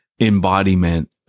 embodiment